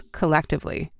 collectively